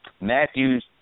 Matthews